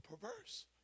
perverse